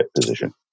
position